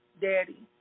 daddy